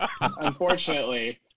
unfortunately